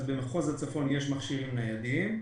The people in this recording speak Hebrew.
יש שם מכשירים ניידים,